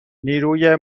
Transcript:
نیروی